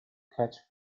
catch